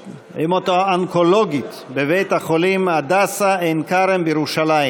ההמטו-אונקולוגית בבית-החולים הדסה עין כרם בירושלים,